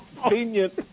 Convenient